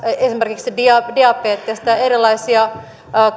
esimerkiksi diabetesta erilaisia